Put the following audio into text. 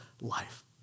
life